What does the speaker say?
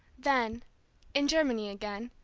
then in germany again,